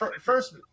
first